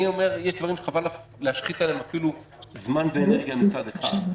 אני אומר שיש דברים שחבל להשחית עליהם זמן ואנרגיה מצד אחד,